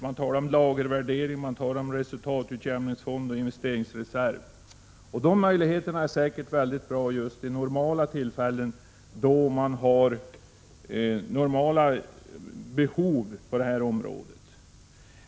Man talar om lagervärdering, resultatutjämningsfonder och investeringsreserver, och de möjligheterna är säkert bra vid normala tillfällen, då man har normala behov på det här området.